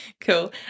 cool